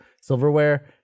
silverware